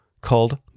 called